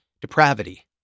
depravity